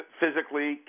physically